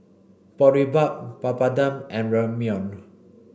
Boribap Papadum and Ramyeon